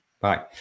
Bye